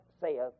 saith